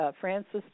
Francis